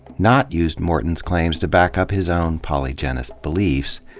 nott used morton's claims to back up his own polygenist beliefs.